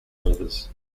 brothers